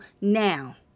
now